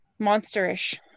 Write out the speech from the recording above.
monsterish